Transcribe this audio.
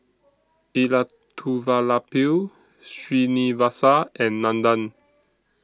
Elattuvalapil Srinivasa and Nandan